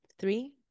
three